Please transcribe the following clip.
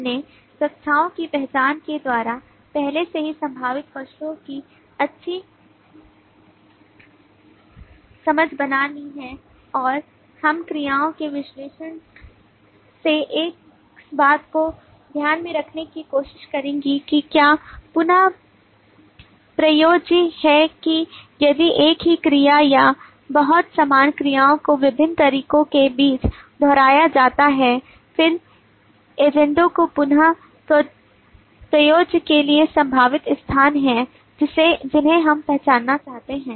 हमने कक्षाओं की पहचान के द्वारा पहले से ही संभावित वस्तुओं की अच्छी समझ बना ली है और हम क्रियाओं के विश्लेषण से इस बात को ध्यान में रखने की कोशिश करेंगे कि क्या पुन प्रयोज्य है कि यदि एक ही क्रिया या बहुत समान क्रियाओं को विभिन्न तरीकों के बीच दोहराया जाता है फिर एजेंटों को पुन प्रयोज्य के लिए संभावित स्थान हैं जिन्हें हम पहचानना चाहते हैं